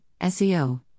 SEO